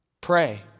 Pray